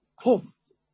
test